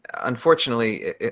unfortunately